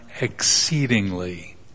exceedingly